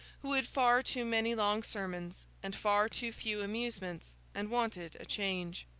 who had far too many long sermons and far too few amusements, and wanted a change.